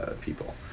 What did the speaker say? people